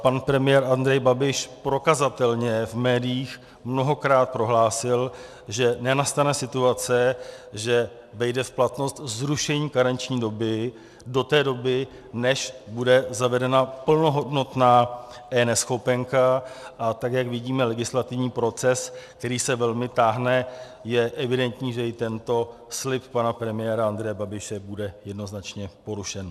Pan premiér Andrej Babiš prokazatelně v médiích mnohokrát prohlásil, že nenastane situace, že vejde v platnost zrušení karenční doby do té doby, než bude zavedena plnohodnotná eNeschopenka, a tak jak vidíme legislativní proces, který se velmi táhne, je evidentní, že i tento slib pana premiéra Andreje Babiše bude jednoznačně porušen.